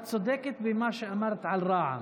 את צודקת במה שאמרת על רע"מ,